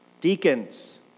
deacons